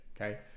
okay